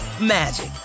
magic